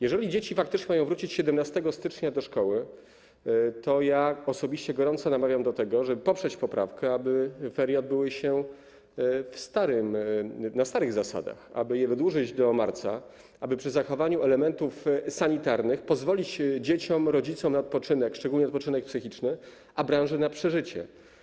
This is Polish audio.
Jeżeli dzieci faktycznie mają wrócić 17 stycznia do szkoły, to osobiście gorąco namawiam do tego, żeby poprzeć poprawkę co do tego, aby ferie odbyły się na starych zasadach, aby je wydłużyć do marca i przy zachowaniu elementów sanitarnych pozwolić dzieciom, rodzicom na odpoczynek, szczególnie odpoczynek psychiczny, a branży na przeżycie.